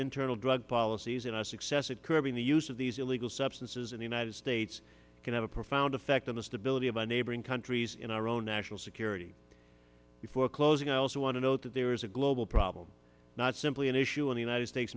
internal drug policies in us excessive curbing the use of these illegal substances in the united states can have a profound effect on the stability of our neighboring countries in our own national security before closing i also want to note that there is a global problem not simply an issue in the united states